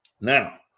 Now